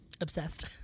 Obsessed